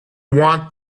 want